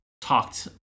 talked